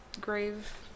grave